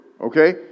Okay